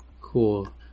Cool